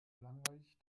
langweilig